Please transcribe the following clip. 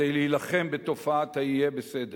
כדי להילחם בתופעת ה"יהיה בסדר".